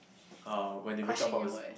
uh when they wake up from as~